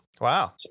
Wow